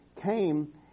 came